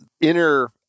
inner